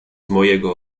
mojego